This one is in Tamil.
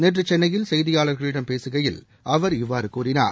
நேற்று சென்னையில் செய்தியாளர்களிடம் பேசுகையில் அவர் இவ்வாறு கூறினார்